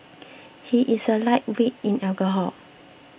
he is a lightweight in alcohol